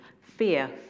Fear